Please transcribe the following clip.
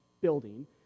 building